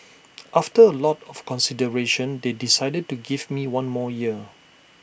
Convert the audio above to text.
after A lot of consideration they decided to give me one more year